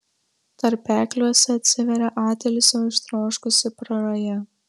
tarpekliuose atsiveria atilsio ištroškusi praraja